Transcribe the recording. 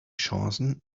chancen